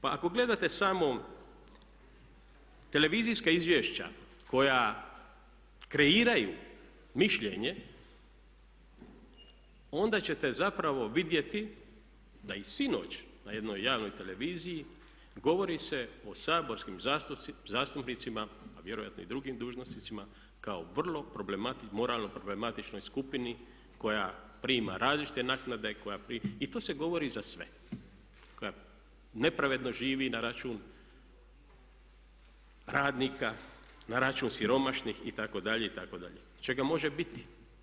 Pa ako gledate samo televizijska izvješća koja kreiraju mišljenje onda ćete zapravo vidjeti da i sinoć na jednoj javnoj televiziji govori se o saborskim zastupnicima, a vjerojatno i drugim dužnosnicima kao vrlo moralno problematičnoj skupini koja prima različite naknade i to se govori za sve, koja nepravedno živi na račun radnika, na račun siromašnih itd. itd. čega može biti.